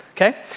okay